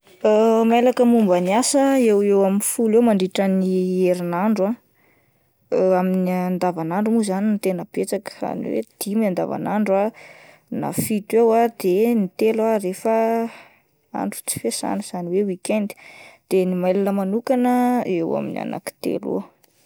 Mailaka momban'ny asa ah eo eo amin'ny folo eo mandritran'ny herinandro ah amin'ny andavan'andro mo zany no tena betsaka izany hoe dimy andavan'andro na fito eo ah, de ny telo ah rehefa andro tsy fiasana izany hoe weekend, de ny mail manokana eo amin'ny anaky telo eo.